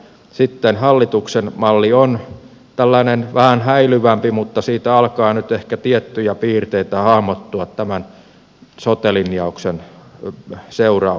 sitten hallituksen malli on vähän häilyvämpi mutta siitä alkaa nyt ehkä tiettyjä piirteitä hahmottua tämän sote linjauksen seurauksena